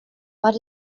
what